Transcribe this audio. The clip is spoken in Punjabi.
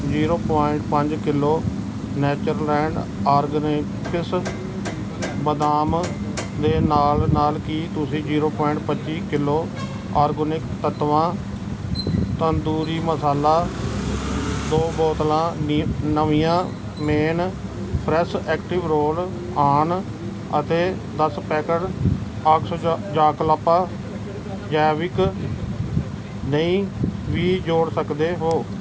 ਜੀਰੋ ਪੁਆਇੰਟ ਪੰਜ ਕਿੱਲੋ ਨੇਚਰਲੈਂਡ ਆਰਗਨਿ ਕਸ ਬਦਾਮ ਦੇ ਨਾਲ ਨਾਲ ਕੀ ਤੁਸੀਂ ਜੀਰੋ ਪੁਆਇੰਟ ਪੱਚੀ ਕਿੱਲੋ ਆਰਗੈਨਿਕ ਤੱਤਵਾ ਤੰਦੂਰੀ ਮਸਾਲਾ ਦੋ ਬੋਤਲਾਂ ਨੀ ਨਵੀਆਂ men fresh active roll on ਅਤੇ ਦਸ ਪੈਕੇਟ ਅਕਸ਼ਯਾ ਯਾਕਲਪਾ ਜੈਵਿਕ ਦਹੀਂ ਵੀ ਜੋੜ ਸਕਦੇ ਹੋ